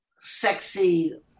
sexy